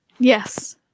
Yes